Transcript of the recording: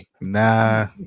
Nah